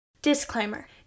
Disclaimer